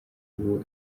ubu